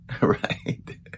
Right